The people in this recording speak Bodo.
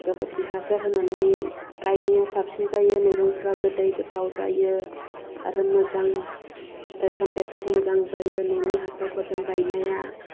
गोबोरखि हासार होनानै गायनाया साबसिन जायो मैगंफोरा गोदै गोथाव जायो आरो मोजां फिथाइ सामथाइफोरा मोजां जायो न'नि हासारफोरजों गायनाया